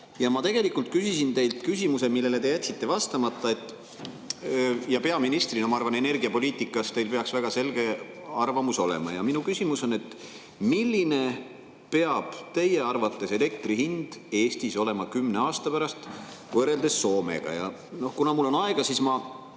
on. Ma tegelikult küsisin teilt küsimuse, millele te jätsite vastamata. Peaministrina, ma arvan, peaks teil energiapoliitikas väga selge arvamus olema. Minu küsimus on: milline peab teie arvates elektri hind Eestis olema kümne aasta pärast võrreldes Soomega? Kuna mul on aega, siis ma